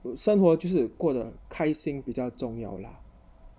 生活就是过得开心比较重要 lah